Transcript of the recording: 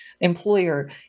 employer